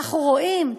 ואנחנו רואים,